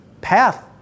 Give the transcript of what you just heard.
path